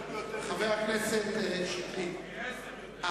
חבר הכנסת שטרית,